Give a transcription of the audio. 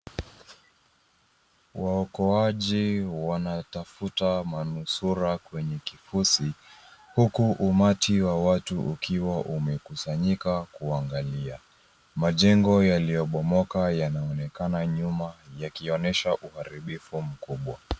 Waokoaji wanatafuta manusura kwenye kifusi huku umati wa watu ukiwa umekusanyika kuangalia. Majengo yaliyobomoka yanaonekana nyuma yakionyesha uharibifu mkubwa.